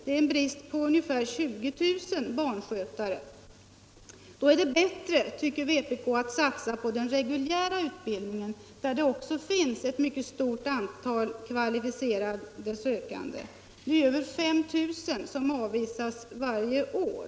Det är en brist på ungefär 20 000 barnskötare. Då tycker vänsterpartiet kommunisterna att det är bättre att satsa på den reguljära utbildningen, där det också finns ett mycket stort antal kvalificerade sökande. Över 5 000 avvisas nu varje år.